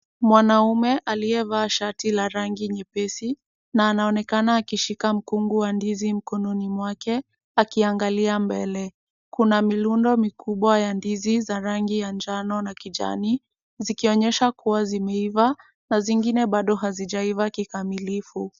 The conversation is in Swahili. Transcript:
Mwanaume aliyevaa shati la rangi nyepesi na anaonekana akishika mkungu wa ndizi mkononi mwake akiangalia mbele. Kuna mirundo mikubwa ya ndizi za rangi ya njano na kijani zikionyesha kuwa zimeiva na zingine bado hazijaiva kikamilifu.